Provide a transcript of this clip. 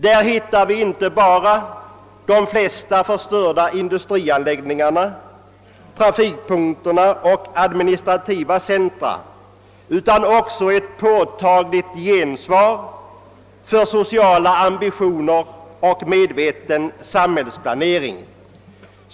Där hittar vi inte bara de flesta förstörda industrianläggningar, trafikpunkter och administrativa centra, utan där finner vi också ett påtagligt gensvar för sociala ambitioner och medveten samhällsplanering.